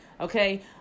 okay